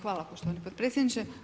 Hvala poštovani potpredsjedniče.